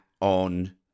on